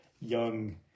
young